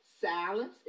Silence